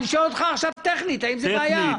אני שואל אותך עכשיו טכנית האם זו בעיה.